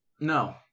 No